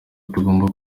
tugomba